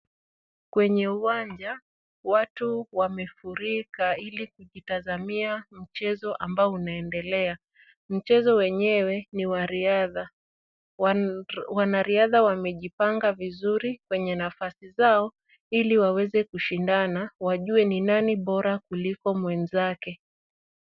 Kwenye uwanja, watu wamefurika ili kujitazamia mchezo ambao unaendelea. Mchezo wenyewe ni wa riadha. Wanariadha wamejipanga vizuri kwenye nafasi zao, ili waweze kushindana, wajue ni nani bora kuliko mwenzake.